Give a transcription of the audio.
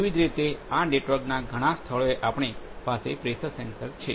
તેવી જ રીતે આ નેટવર્કનાં ઘણા સ્થળોએ આપણી પાસે પ્રેશરદબાણ સેન્સર છે